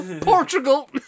Portugal